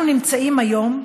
אנחנו נמצאים היום,